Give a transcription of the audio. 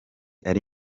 ari